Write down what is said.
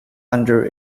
under